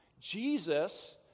Jesus